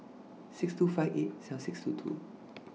six thousand two hundred and fifty eight seven thousand six hundred and twenty two